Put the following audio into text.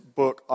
book